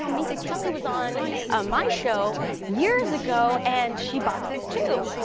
so minka kelly was on ah my show years ago, and she boxes, too.